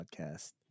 podcast